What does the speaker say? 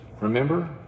remember